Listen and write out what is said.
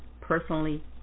personally